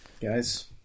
guys